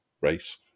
Race